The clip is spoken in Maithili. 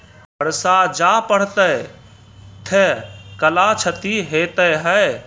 बरसा जा पढ़ते थे कला क्षति हेतै है?